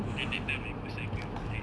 then that time I go cycle for like